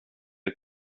dig